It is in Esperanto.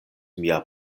mia